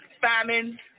famine